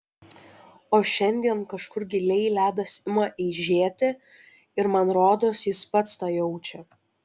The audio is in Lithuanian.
o šiandien kažkur giliai ledas ima eižėti ir man rodos jis pats tą jaučia